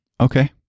okay